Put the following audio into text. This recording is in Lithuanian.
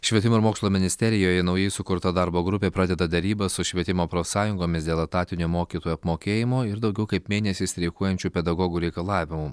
švietimo ir mokslo ministerijoje naujai sukurta darbo grupė pradeda derybas su švietimo profsąjungomis dėl etatinio mokytojų apmokėjimo ir daugiau kaip mėnesį streikuojančių pedagogų reikalavimų